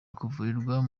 kuvurirwa